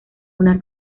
una